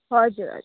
हजुर हजुर